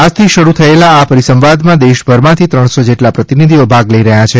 આજથી શરૂ થયેલા આ પરિસંવાદમાં દેશભરમાંથી ત્રણસો જેટલા પ્રતિનિધિઓ ભાગ લઇ રહ્યા છે